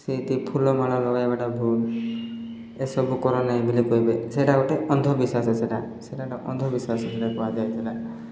ସେମିତି ଫୁଲ ମାଳ ଲଗାଇବାଟା ଭୁଲ ଏସବୁ କର ନାହିଁ ବୋଲି କହିବେ ସେଇଟା ଗୋଟେ ଅନ୍ଧବିଶ୍ୱାସ ସେଟା ସେଟାଟା ଅନ୍ଧବିଶ୍ୱାସ କୁହାଯାଇଥିଲା